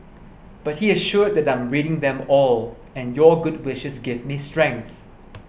but he assured that I'm reading them all and your good wishes give me strength